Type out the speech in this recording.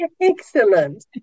Excellent